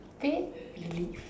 pay you leave